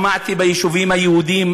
שמעתי ביישובים היהודיים,